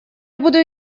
буду